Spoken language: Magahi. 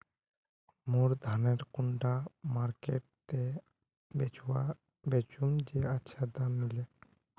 मोर धानेर कुंडा मार्केट त बेचुम बेचुम जे अच्छा दाम मिले?